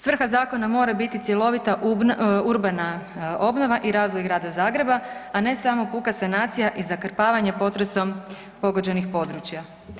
Svrha zakona mora biti cjelovita urbana obnova i razvoj Grada Zagreba, a ne samo puka sanacija i zakrpavanje potresom pogođenih područja.